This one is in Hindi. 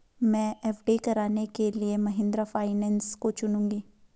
मैं एफ.डी कराने के लिए महिंद्रा फाइनेंस को चुनूंगी